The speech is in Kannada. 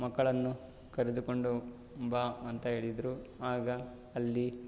ಮಕ್ಕಳನ್ನು ಕರೆದುಕೊಂಡು ಬಾ ಅಂತ ಹೇಳಿದರು ಆಗ ಅಲ್ಲಿ